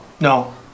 No